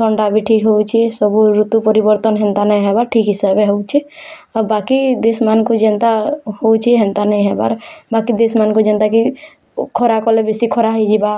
ଥଣ୍ଡା ବି ଠିକ୍ ହେଉଛି ସବୁ ଋତୁ ପରିବର୍ତ୍ତନ ହେନ୍ତା ନାଇଁ ହେବାର ଠିକ୍ ହିସାବେ ହେଉଛି ଆଉ ବାକି ଦେଶମାନଙ୍କ ଯେନ୍ତା ହେଉଛି ସେନ୍ତା ନାଇଁ ହବାର ବାକି ଦେଶମାନଙ୍କୁ ଯେନ୍ତା କି ଖରା କଲେ ବେଶୀ ଖରା ହେଇ ଯିବା